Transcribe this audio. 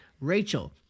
Rachel